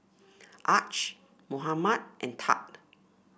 Arch Mohamed and Thad